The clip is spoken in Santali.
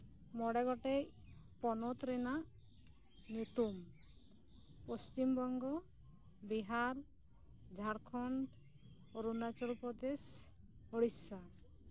ᱢᱚᱲᱮ ᱜᱚᱴᱮᱡ ᱯᱚᱱᱚᱛ ᱨᱮᱱᱟᱜ ᱧᱩᱛᱩᱢ ᱯᱚᱥᱪᱤᱢ ᱵᱚᱝᱜᱚ ᱵᱤᱦᱟᱨ ᱡᱷᱟᱲᱠᱷᱚᱱᱰ ᱚᱨᱩᱱᱟᱪᱚᱞ ᱯᱨᱚᱫᱮᱥ ᱩᱲᱤᱥᱟ